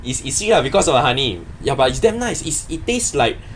it's it's sweet ah because of the honey ya but it's damn nice its it taste like